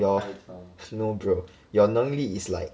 your no bro your 能力 is like